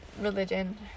religion